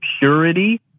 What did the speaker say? purity